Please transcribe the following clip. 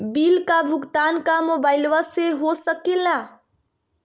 Bill का भुगतान का मोबाइलवा से हो सके ला?